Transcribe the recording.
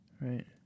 Right